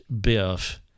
Biff